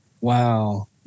Wow